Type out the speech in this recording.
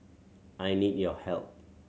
I need your help